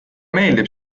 meeldib